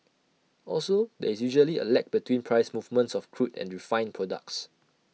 also there is usually A lag between price movements of crude and refined products